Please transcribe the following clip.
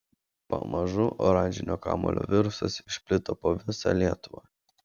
pamažu oranžinio kamuolio virusas išplito po visą lietuvą